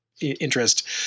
interest